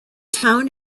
town